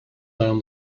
down